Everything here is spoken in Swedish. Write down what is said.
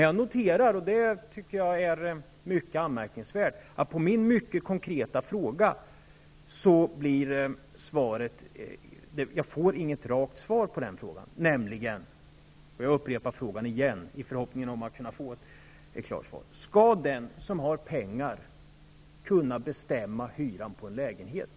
Jag noterar att jag på min mycket konkreta fråga inte får något rakt svar. Det tycker jag är anmärkningsvärt. Jag upprepar min fråga i förhoppningen om att kunna få ett klart svar: Skall den som har pengar kunna bestämma hyran på en lägenhet?